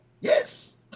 Yes